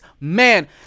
man